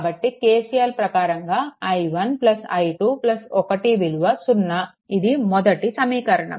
కాబట్టి KCL ప్రకారంగా i1 i2 1 విలువ 0 ఇది మొదటి సమీకరణం